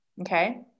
Okay